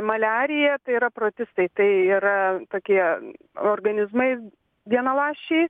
maliarija tai yra protistai tai yra tokie organizmai vienaląsčiai